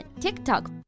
TikTok